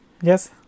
Yes